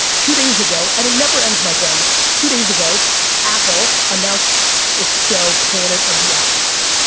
two days ago, and it never ends, my friends, two days ago apple announced it's show, planet of the apps,